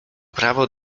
prawo